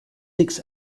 six